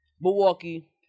Milwaukee